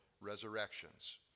resurrections